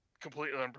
completely